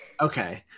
Okay